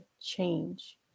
change